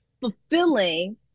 fulfilling